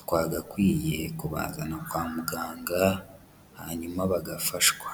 twagakwiye kubazana kwa muganga hanyuma bagafashwa.